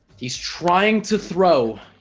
he's trying to throw